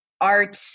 art